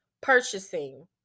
purchasing